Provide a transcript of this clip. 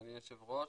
אדוני היושב ראש,